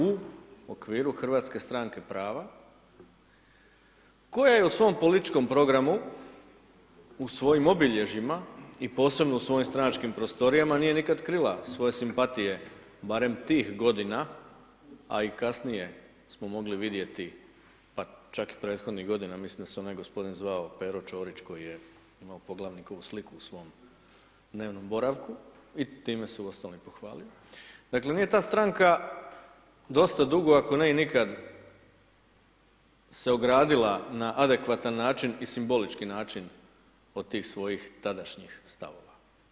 U okviru HSP-a koja je u svom političkom programu, u svojim obilježjima i posebno u svojim stranačkim prostorijama nije nikad krila svoje simpatije, barem tih godina, a i kasnije smo mogli vidjeti, pa čak i prethodnih godina, mislim da se onaj gospodin zvao Pero Čorić, koji je imao poglavnikovu sliku u svom dnevnom boravku, i time ga uostalom i pohvalili, dakle nije ta stranka, dosta dugo, ako ne i nikad, se ogradila na adekvatan način i simbolički način od tih svojih tadašnjih stavova.